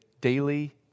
daily